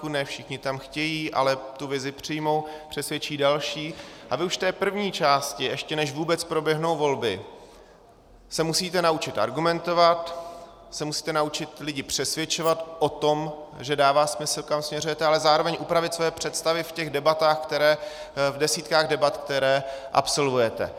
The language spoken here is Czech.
Ne všichni tam chtějí, ale tu vizi přijmou, přesvědčí další, a vy už v té první části, ještě než vůbec proběhnou volby, se musíte naučit argumentovat, musíte se naučit lidi přesvědčovat o tom, že dává smysl, kam směřujete, ale zároveň upravit svoje představy v debatách, v desítkách debat, které absolvujete.